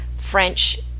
French